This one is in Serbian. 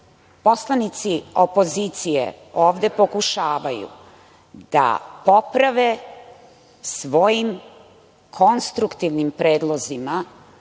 poslanici opozicije ovde pokušavaju da poprave svojim konstruktivnim predlozima